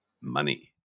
Money